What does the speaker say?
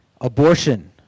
abortion